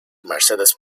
mercedes